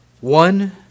one